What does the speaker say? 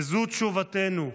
וזו תשובתנו: